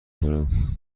کنم